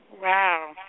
Wow